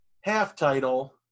half-title